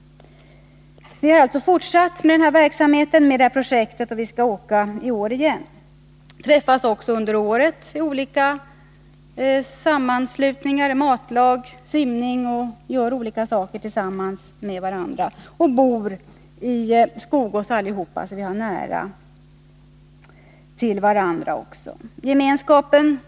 Vi har alltså fortsatt med den här verksamheten och skall åka i år igen. Vi träffas också under året, då vi tillsammans sysslar med matlagning, simning och annat. Vi bor allesammans i Skogås och har därför nära till varandra.